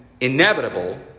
inevitable